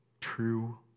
true